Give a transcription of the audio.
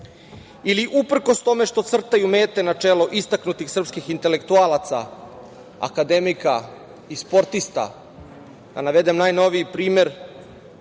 ili uprkos tome što crtaju mete na čelo istaknutih srpskih intelektualaca, akademika i sportista. Da navedem najnoviji primer